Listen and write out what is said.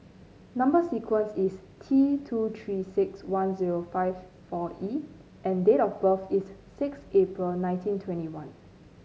number sequence is T two Three six one zero five four E and date of birth is six April nineteen twenty one